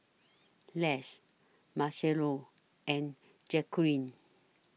Les Marcello and Jacquelin